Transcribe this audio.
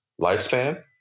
lifespan